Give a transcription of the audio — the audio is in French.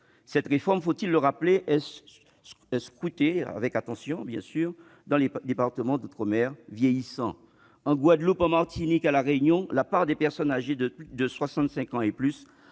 Cette réforme, faut-il le rappeler, est scrutée avec attention dans des territoires d'outre-mer vieillissants. En Guadeloupe, en Martinique et à La Réunion, la part des personnes âgées de plus